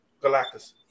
Galactus